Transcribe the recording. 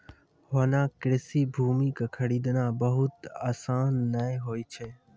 होना कृषि भूमि कॅ खरीदना बहुत आसान नाय होय छै